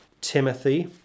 Timothy